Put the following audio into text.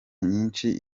nyinshi